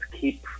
keep